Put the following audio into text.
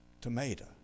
tomato